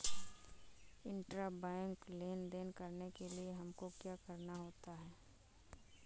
Intrabank लेन देन करने के लिए हमको क्या करना होता है?